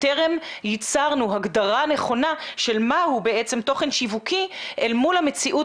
וטרם ייצרנו הגדרה נכונה של מה הוא בעצם תוכן שיווקי אל מול המציאות